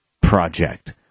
project